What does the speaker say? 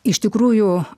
iš tikrųjų